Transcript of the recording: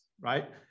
right